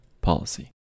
policy